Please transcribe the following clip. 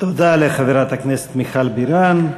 תודה לחברת הכנסת מיכל בירן.